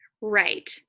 Right